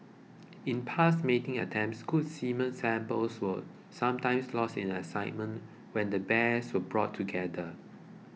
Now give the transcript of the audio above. in past mating attempts good semen samples were sometimes lost in excitement when the bears were brought together